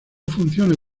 funciones